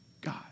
God